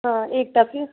हाँ एक टकी